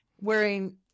wearing